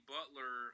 Butler